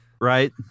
Right